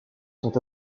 sont